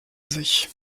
sich